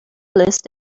list